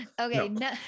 okay